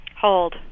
Hold